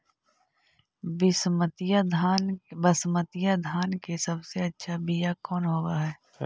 बसमतिया धान के सबसे अच्छा बीया कौन हौब हैं?